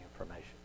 information